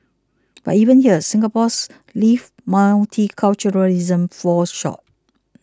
but even here Singapore's lived multiculturalism falls short